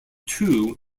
two